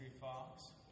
Fox